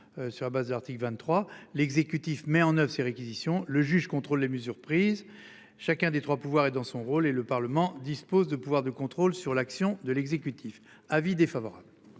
sur la base de l'article 23 l'exécutif met en oeuvre ses réquisitions, le juge contrôle les mesures prises chacun des trois pouvoirs est dans son rôle et le Parlement dispose de pouvoirs de contrôle sur l'action de l'exécutif, avis défavorable.